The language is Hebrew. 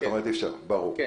נכון?